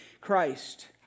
Christ